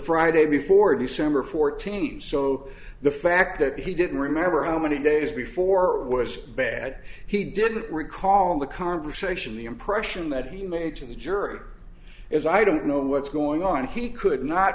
friday before december fourteenth so the fact that he didn't remember how many days before was bad he didn't recall the conversation the impression that he made to the juror is i don't know what's going on he could not